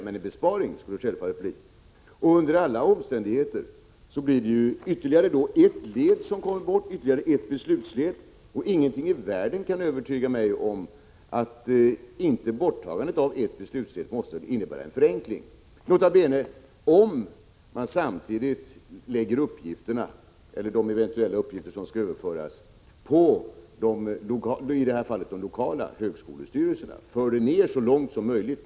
Men besparing skulle det självfallet bli fråga om. Under alla omständigheter kommer ytterligare ett beslutsled bort. Ingenting kan övertyga mig om att ett borttagande av ett beslutsled inte måste innebära en förenkling. Nota bene: I det här fallet lägger man samtidigt över de eventuella uppgifter som skall överföras på de lokala högskolestyrelserna — alltså så långt nedåt som möjligt.